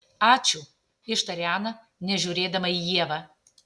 ačiū ištarė ana nežiūrėdama į ievą